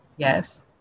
Yes